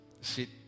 sit